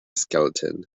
skeleton